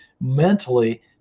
mentally